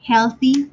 Healthy